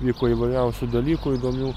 vyko įvairiausių dalykų įdomių